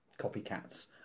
copycats